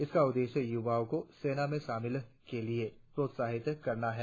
इसका उद्देश्य युवाओं को सेना में शामिल के लिए प्रोत्साहित करना है